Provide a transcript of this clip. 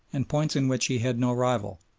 and points in which he had no rival.